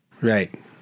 Right